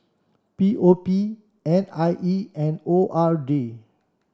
P O P N I E and O R D